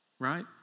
Right